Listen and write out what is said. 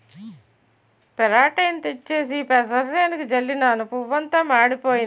పెరాటేయిన్ తెచ్చేసి పెసరసేనుకి జల్లినను పువ్వంతా మాడిపోయింది